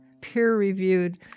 peer-reviewed